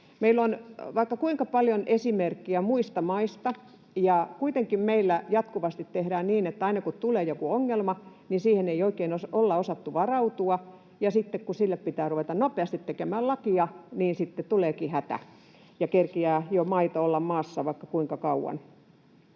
Meillä on vaikka kuinka paljon esimerkkejä muista maista, ja kuitenkin meillä jatkuvasti tehdään niin, että aina kun tulee joku ongelma, niin siihen ei oikein olla osattu varautua, ja sitten kun sille pitää ruveta nopeasti tekemään lakia, niin sitten tuleekin hätä ja kerkeää jo maito olla maassa vaikka kuinka kauan.